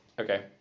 Okay